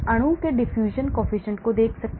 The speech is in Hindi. हम अणु के diffusion coefficient को देख सकते हैं